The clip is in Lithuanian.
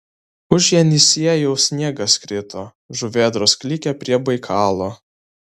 už jenisiejaus sniegas krito žuvėdros klykė prie baikalo